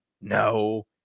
no